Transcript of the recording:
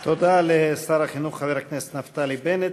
תודה לשר החינוך חבר הכנסת נפתלי בנט.